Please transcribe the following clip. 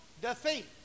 defeat